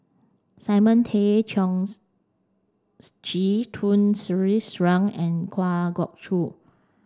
Simon Tay Seong Chee Tun Sri Lanang and Kwa Geok Choo